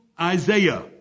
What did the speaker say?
Isaiah